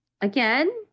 again